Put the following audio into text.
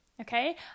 okay